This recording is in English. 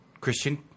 Christian